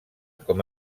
com